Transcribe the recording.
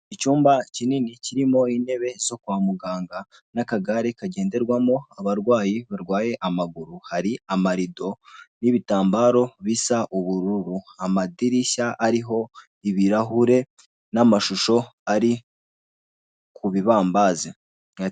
Icyumba kinini kirimo intebe zo kwa muganga, n'akagare kagenderwamo abarwayi barwaye amaguru, hari amarido n'ibitambaro bisa, ubururu amadirishya arih' ibirahure n'amashusho ari kubibambazi.